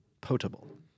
potable